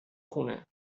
خونه